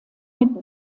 mit